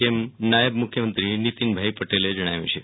તેમ નાયબ મુખ્યમંત્રી નીતિનભાઈ પટેલે જણાવ્યું છે